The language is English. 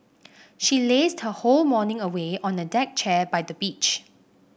she lazed her whole morning away on a deck chair by the beach